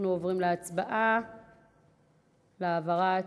אנחנו עוברים להצבעה להעברת,